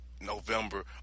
November